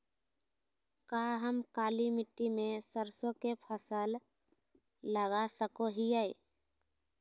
का हम काली मिट्टी में सरसों के फसल लगा सको हीयय?